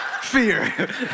Fear